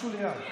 משהו ליד.